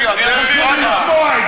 אני אסביר לך.